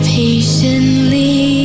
patiently